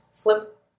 Flip